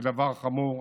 זה דבר חמור.